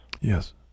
Yes